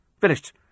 Finished